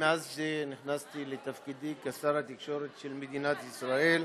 מאז נכנסתי לתפקידי כשר התקשורת של מדינת ישראל,